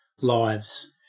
lives